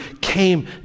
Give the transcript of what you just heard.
came